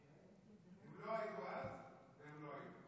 הם לא היו אז והם לא היום.